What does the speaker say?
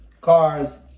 Cars